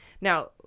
Now